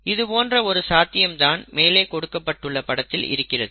இது போன்ற ஒரு சாத்தியம் தான் மேலே கொடுக்கப்பட்டுள்ள படத்தில் இருக்கிறது